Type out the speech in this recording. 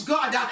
God